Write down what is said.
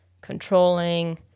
controlling